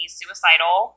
suicidal